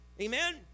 Amen